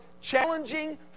challenging